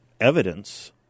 evidence